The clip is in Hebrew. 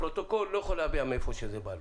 הפרוטוקול לא יכול להבין מאיפה זה בא לו.